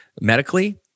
medically